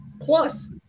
Plus